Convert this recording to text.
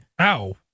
Ow